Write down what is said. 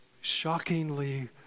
shockingly